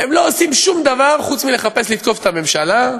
הם לא עושים שום דבר חוץ מלחפש לתקוף את הממשלה,